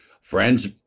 friends